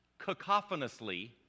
cacophonously